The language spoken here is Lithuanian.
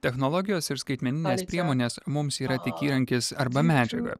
technologijos ir skaitmeninės priemonės mums yra tik įrankis arba medžiaga